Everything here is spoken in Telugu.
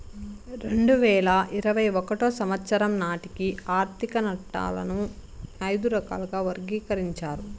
రెండు వేల ఇరవై ఒకటో సంవచ్చరం నాటికి ఆర్థిక నట్టాలను ఐదు రకాలుగా వర్గీకరించారు